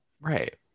right